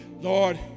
Lord